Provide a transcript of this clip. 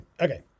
okay